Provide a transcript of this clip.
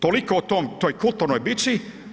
Toliko o tom toj kulturnoj bitci.